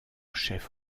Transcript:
chef